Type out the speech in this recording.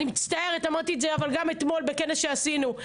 אני מצטערת אמרתי את זה אבל גם אתמול בכנס שעשינו,